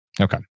Okay